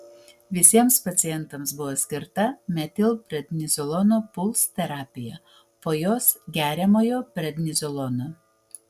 visiems pacientams buvo skirta metilprednizolono puls terapija po jos geriamojo prednizolono